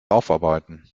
aufarbeiten